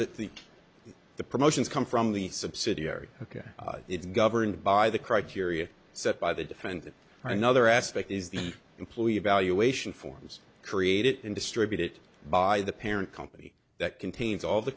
that the the promotions come from the subsidiary ok it's governed by the criteria set by the defendant or another aspect is the employee evaluation forms created in distributed by the parent company that contains all the